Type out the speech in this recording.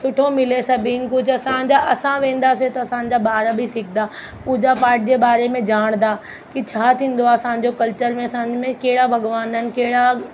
सुठो मिले सभिनि कुझु असांजा असां वेंदासीं त असांजा ॿार बि सिखंदा पूॼा पाठ जे बारे में ॼाणंदा कि छा थींदो आहे असांजो कल्चर में असांजे में कहिड़ा भॻवान आहिनि कहिड़ा